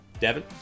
Devin